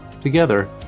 Together